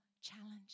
challenge